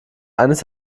eines